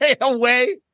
away